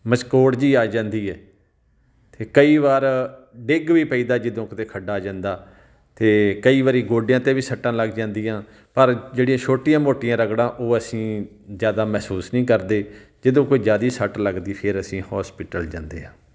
ਮਸਕੋੜ ਜਿਹੀ ਆ ਜਾਂਦੀ ਹੈ ਅਤੇ ਕਈ ਵਾਰ ਡਿੱਗ ਵੀ ਪਈਦਾ ਜਦੋਂ ਕਿਤੇ ਖੱਡਾ ਆ ਜਾਂਦਾ ਅਤੇ ਕਈ ਵਾਰੀ ਗੋਡਿਆਂ 'ਤੇ ਵੀ ਸੱਟਾਂ ਲੱਗ ਜਾਂਦੀਆਂ ਪਰ ਜਿਹੜੀਆਂ ਛੋਟੀਆਂ ਮੋਟੀਆਂ ਰਗੜਾਂ ਉਹ ਅਸੀਂ ਜ਼ਿਆਦਾ ਮਹਿਸੂਸ ਨਹੀਂ ਕਰਦੇ ਜਦੋਂ ਕੋਈ ਜ਼ਿਆਦਾ ਸੱਟ ਲੱਗਦੀ ਫਿਰ ਅਸੀਂ ਹੋਸਪਿਟਲ ਜਾਂਦੇ ਹਾਂ